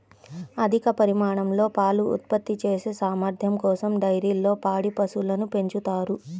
అధిక పరిమాణంలో పాలు ఉత్పత్తి చేసే సామర్థ్యం కోసం డైరీల్లో పాడి పశువులను పెంచుతారు